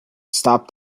stopped